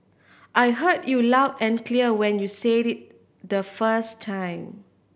I heard you loud and clear when you said it the first time